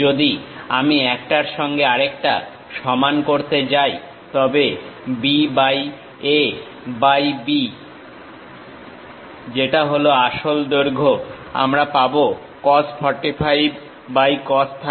যদি আমি একটার সঙ্গে আরেকটা সমান করতে যাই তবে B by A by B যেটা হলো আসল দৈর্ঘ্য আমি পাবো cos 45 বাই cos 30